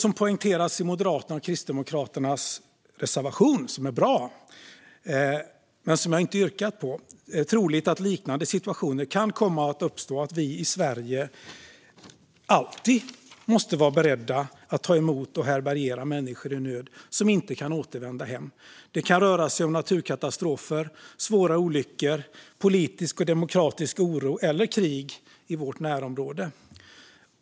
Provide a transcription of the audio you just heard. Som poängteras i Moderaternas och Kristdemokraternas reservation, som är bra men som jag inte yrkar bifall till, är det troligt att liknande situationer kan komma att uppstå och att vi i Sverige alltid måste vara beredda att ta emot och härbärgera människor i nöd som inte kan återvända hem. Det kan röra sig om naturkatastrofer, svåra olyckor, politisk och demokratisk oro eller krig i vårt närområde.